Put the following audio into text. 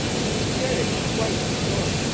and was cured and quite restored,